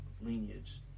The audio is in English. lineage